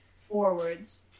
forwards